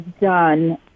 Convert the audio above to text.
done